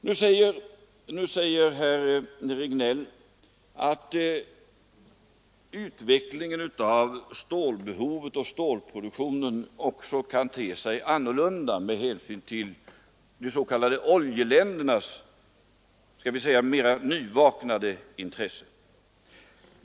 Nu säger herr Regnéll att utvecklingen av stålbehovet och stålproduktionen också kan te sig annorlunda med hänsyn till de s.k. oljeländernas — skall vi säga — mera nyvaknade intresse.